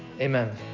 Amen